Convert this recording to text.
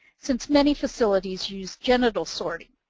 since many facilities use genital sorting,